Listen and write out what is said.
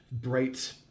bright